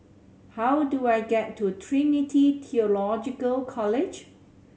how do I get to Trinity Theological College